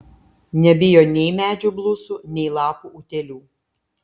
nebijo nei medžių blusų nei lapų utėlių